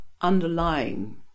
underlying